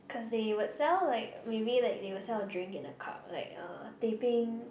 cause they would sell like maybe like they will sell a drink in a cup like uh teh peng